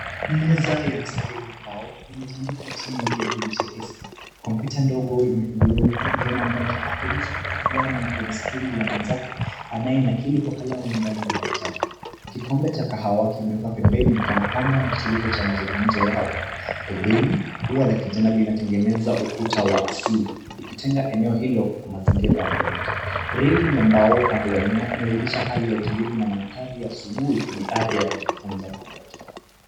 Meza ya mistari ya mbao, imetandikwa chini ya kivuli chepesi. Kompyuta ndogo imefunguliwa, huku kijana mmoja akionyesha kitu fulani kwenye skrini ya mwenzake anayenakili kwa kalamu ndani ya daftari. Kikombe cha kahawa kimewekwa pembeni kana kwamba ni kitulizo cha mazungumuzo yao, pembeni, ua la kijani, linatengenezwa ukuta wa asili, likitenga eneo hilo na mazingira ya nje. Railing ya mbao upande wa nyuma inazidisha hali ya utulivu na mandhari ya asubuhi yenye ari ya kujifunza pamoja.